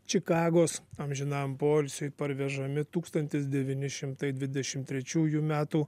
čikagos amžinam poilsiui parvežami tūkstantis devyni šimtai dvidešim trečiųjų metų